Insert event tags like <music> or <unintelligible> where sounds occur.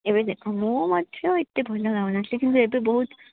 ଏବେ ଦେଖ ମୁଁ ମଧ୍ୟ ଏତେ ଭଲ <unintelligible> କିନ୍ତୁ ଏବେ ବହୁତ